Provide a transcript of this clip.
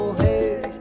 hey